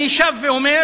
אני שב ואומר,